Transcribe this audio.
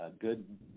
good